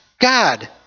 God